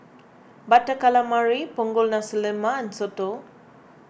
Butter Calamari Punggol Nasi Lemak and Soto